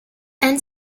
and